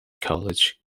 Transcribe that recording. college